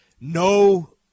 no